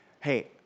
hey